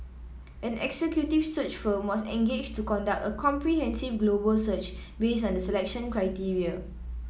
an executive search firm was engaged to conduct a comprehensive global search based on the selection criteria